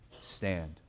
stand